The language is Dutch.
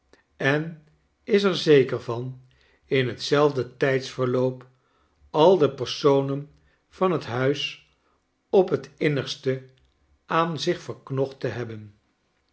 en is er zeker van in hetzelfde tijdsverloop al de personen van het huis op het innigste aan zich verknocht te hebben